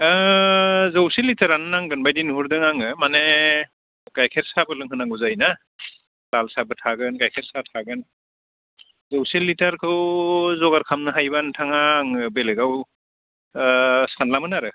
जौसे लिटारानो नांगोन बायदि नुहुरदों आङो माने गाइखेर साहाबो लोंहोनांगौ जायोना लाल साहाबो थागोन गाइखेर साहा थागोन जौसे लिटारखौ जगार खामनो हायोब्ला नोंथाङा आङो बेलेकाव सानलामोन आरो